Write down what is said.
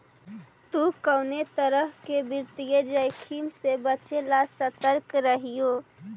तु कउनो तरह के वित्तीय जोखिम से बचे ला सतर्क रहिये